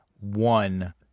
one